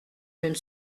même